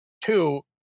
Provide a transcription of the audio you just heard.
Two